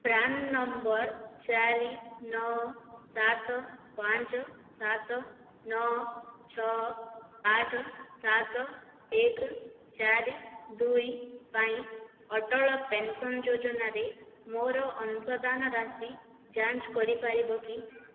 PRAN number ଚାରି ନଅ ପାଞ୍ଚ ସାତ ନଅ ଛଅ ଆଠ ସାତ ଏକ ଚାରି ଦୁଇ ପାଇଁ ଅଟଳ ପେନ୍ସନ୍ ଯୋଜନାରେ ମୋର ଅଂଶଦାନ ରାଶି ଯାଞ୍ଚ କରିପାରିବ କି